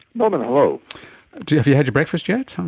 norman, hello. have you had your breakfast yet? um